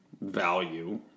value